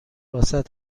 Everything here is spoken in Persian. واست